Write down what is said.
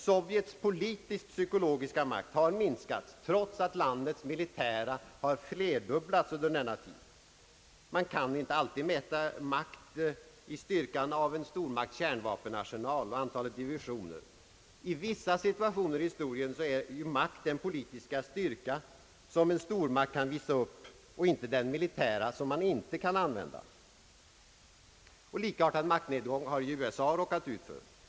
Sovjets politisk-psykologiska makt har minskats, trots att landets militära makt har flerdubblats under denna tid. Man kan inte alltid mäta makt i styrkan av en stormakts kärnvapenarsenal och antalet divisioner. I vissa situationer i historien är makt den politiska styrka, som en stormakt kan visa upp, och inte den militära, som man inte kan använda. Likartad maktnedgång har ju USA råkat ut för.